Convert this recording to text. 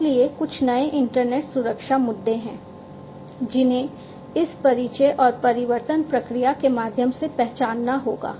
इसलिए कुछ नए इंटरनेट सुरक्षा मुद्दे हैं जिन्हें इस परिचय और परिवर्तन प्रक्रिया के माध्यम से पहचानना होगा